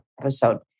episode